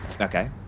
Okay